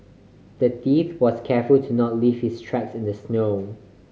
the thief was careful to not leave his tracks in the snow